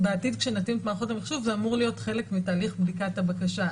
בעתיד כשנתאים את מערכות המחשוב זה אמור להיות חלק מתהליך בדיקת הבקשה.